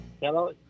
Hello